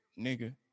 Nigga